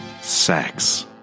Sex